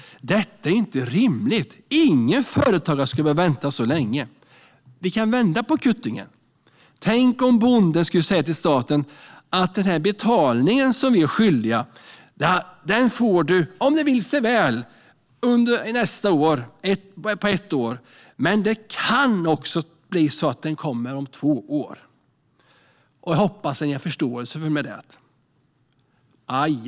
Detta är inte rimligt - ingen företagare ska behöva vänta så länge. Vi kan vända på kuttingen. Tänk om bonden skulle säga till staten: Den där betalningen vi är skyldiga får du, om det vill sig väl, om ett år. Det kan bli så att den kommer om två år. Jag hoppas att du har förståelse för det.